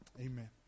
Amen